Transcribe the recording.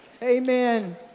Amen